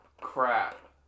crap